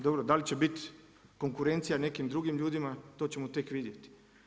Dobro, da li će biti konkurencija nekim drugim ljudima, to ćemo tek vidjeti.